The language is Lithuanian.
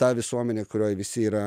ta visuomenė kurioj visi yra